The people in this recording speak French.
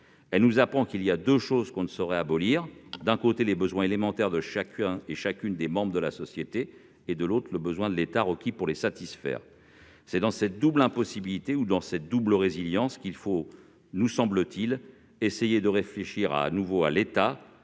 Elle nous apprend qu'il y a deux choses que l'on ne saurait abolir : d'un côté, les besoins élémentaires de chacun et chacune des membres de la société ; de l'autre, les besoins de l'État requis pour les satisfaire. C'est dans cette double impossibilité ou dans cette double résilience qu'il faut, nous semble-t-il, essayer de réfléchir à nouveau à l'État,